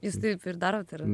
jūs taip ir darot ar ne